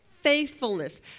faithfulness